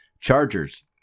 Chargers